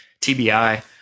TBI